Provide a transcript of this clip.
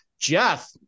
Jeff